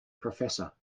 professor